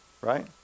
Right